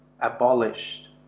abolished